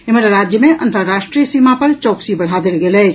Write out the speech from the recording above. एम्हर राज्य मे अंतर्राष्ट्रीय सीमा पर चौकसी बढ़ा देल गेल अछि